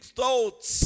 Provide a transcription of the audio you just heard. thoughts